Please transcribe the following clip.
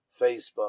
Facebook